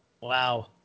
wow